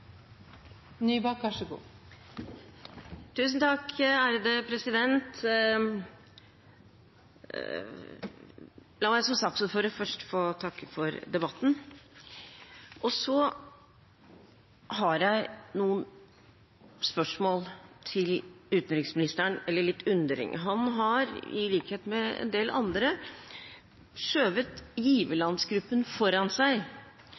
La meg som saksordfører først få takke for debatten. Så har jeg noen spørsmål til utenriksministeren – eller litt undring. Han har i likhet med en del andre skjøvet giverlandsgruppen foran seg,